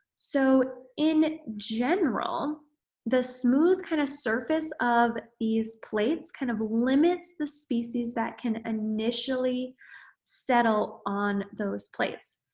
so, in general the smooth kind of surface of these plates kind of limits the species that can initially settle on those plates.